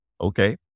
okay